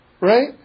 Right